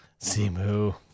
Simu